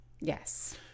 Yes